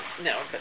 No